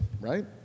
right